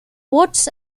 votes